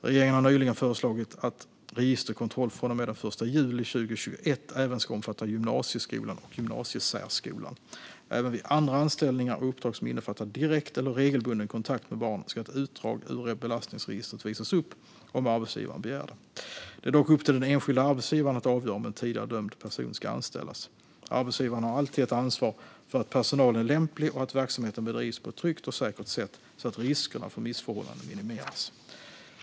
Regeringen har nyligen föreslagit att registerkontroll från och med den 1 juli 2021 även ska omfatta gymnasieskolan och gymnasiesärskolan. Även vid andra anställningar och uppdrag som innefattar direkt eller regelbunden kontakt med barn ska ett utdrag ur belastningsregistret visas upp om arbetsgivaren begär det. Det är dock upp till den enskilda arbetsgivaren att avgöra om en tidigare dömd person ska anställas. Arbetsgivaren har alltid ett ansvar för att personalen är lämplig och att verksamheten bedrivs på ett tryggt och säkert sätt, så att riskerna för missförhållanden minimeras.